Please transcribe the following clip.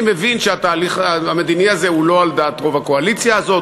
אני מבין שהתהליך המדיני הזה הוא לא על דעת רוב הקואליציה הזאת,